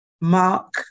Mark